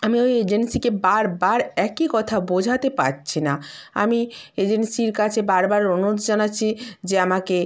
আমি ওই এজেন্সিকে বার বার একই কথা বোঝাতে পারছি না আমি এজেন্সির কাছে বার বার অনুরোধ জানাচ্ছি যে আমাকে